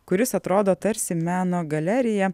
kuris atrodo tarsi meno galerija